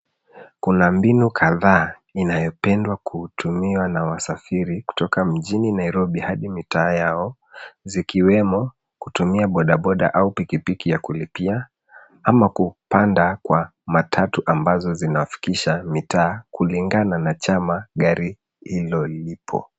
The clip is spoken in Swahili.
Kuna mbinu kadhaa inayopendwa kutumiwa na wasafiri kutoka mjini Nairobi hadi mitaa yao zikiwemo kutumia bodaboda au pikipiki ya kulipia, ama kupanda kwa matatu ambazo zinawafikisha mitaa kulingana na chama gari hilo lipo.